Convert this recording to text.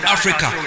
Africa